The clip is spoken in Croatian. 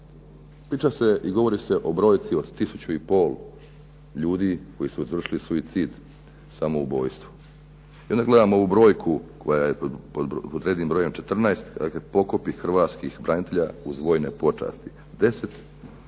Priča se i govori se o brojci od tisuću i pol ljudi koji su izvršili suicid samoubojstvo. Gledam ovu brojku koja je pod rednim brojem 14, dakle pokopi hrvatskih branitelja uz vojne počasti 10